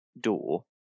door